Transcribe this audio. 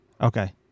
Okay